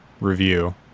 review